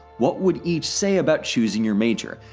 what would each say about choosing your major.